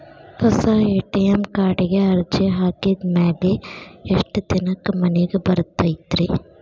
ಹೊಸಾ ಎ.ಟಿ.ಎಂ ಕಾರ್ಡಿಗೆ ಅರ್ಜಿ ಹಾಕಿದ್ ಮ್ಯಾಲೆ ಎಷ್ಟ ದಿನಕ್ಕ್ ಮನಿಗೆ ಬರತೈತ್ರಿ?